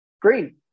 Green